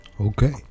Okay